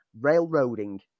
railroading